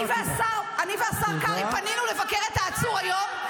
אני והשר קרעי פנינו לבקר את העצור היום,